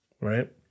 right